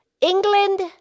England